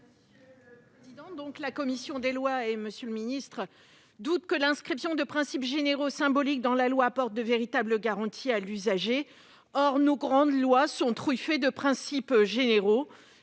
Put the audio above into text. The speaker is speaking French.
explication de vote. La commission des lois et M. le secrétaire d'État doutent que l'inscription de principes généraux symboliques dans la loi apporte de véritables garanties à l'usager. Pourtant, nos grandes lois sont truffées de principes généraux